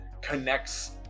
connects